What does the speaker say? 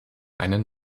einen